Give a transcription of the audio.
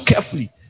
carefully